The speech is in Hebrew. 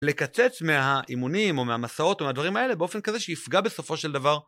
לקצץ מהאימונים או מהמסעות או הדברים האלה באופן כזה שיפגע בסופו של דבר